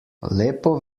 lepo